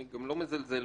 אני לא מזלזל בהם.